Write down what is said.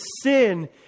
sin